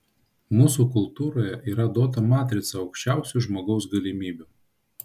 mūsų kultūroje yra duota matrica aukščiausių žmogaus galimybių